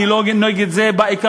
אני לא נגד זה בעיקרון,